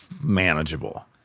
manageable